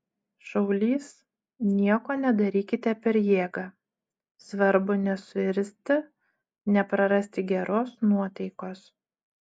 šaulys nieko nedarykite per jėgą svarbu nesuirzti neprarasti geros nuotaikos